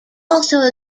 also